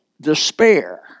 despair